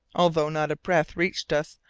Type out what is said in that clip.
although not a breath reached us,